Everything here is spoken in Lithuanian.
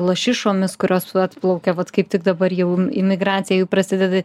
lašišomis kurios atplaukia vat kaip tik dabar jau imigracija jų prasideda